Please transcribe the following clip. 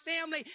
family